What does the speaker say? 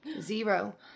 zero